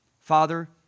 Father